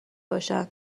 باشن